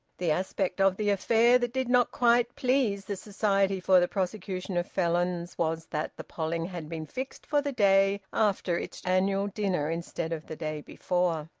the aspect of the affair that did not quite please the society for the prosecution of felons was that the polling had been fixed for the day after its annual dinner instead of the day before.